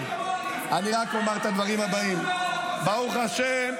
-- בזה שהוא אומר ----- ברוך השם,